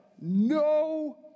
no